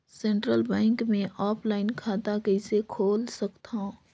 Central bank मे offline खाता कइसे खोल सकथव?